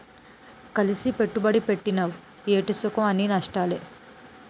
కలిసి పెట్టుబడి పెట్టినవ్ ఏటి సుఖంఅన్నీ నష్టాలే